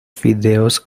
fideos